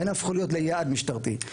הפכו להיות יעד משטרתי.